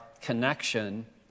connection